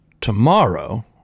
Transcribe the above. tomorrow